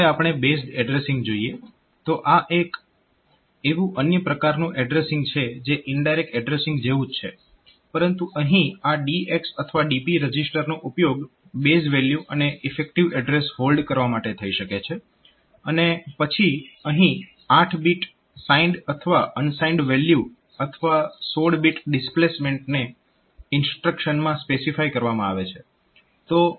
હવે આપણે based addressing જોઈએ તો આ એક એવું અન્ય પ્રકારનું એડ્રેસીંગ છે જે ઇનડાયરેક્ટ એડ્રેસીંગ જેવું જ છે પરંતુ અહીં આ DX અથવા DP રજીસ્ટરનો ઉપયોગ બેઝ વેલ્યુ અને ઈફેક્ટીવ એડ્રેસ હોલ્ડ કરવા માટે થઈ શકે છે અને પછી અહીં 8 બીટ સાઇન્ડ અથવા અનસાઇન્ડ વેલ્યુ અથવા 16 બીટ ડિસ્પ્લેસમેન્ટને ઇન્સ્ટ્રક્શનમાં સ્પેસિફાય કરવામાં આવે છે